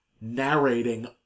narrating